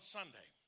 Sunday